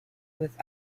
with